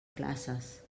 classes